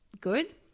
good